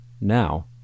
Now